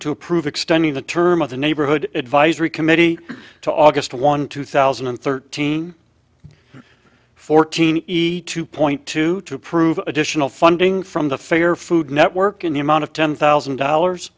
to approve extending the term of the neighborhood advisory committee to august one two thousand and thirteen fourteen easy to point to to prove additional funding from the fair food network in the amount of ten thousand dollars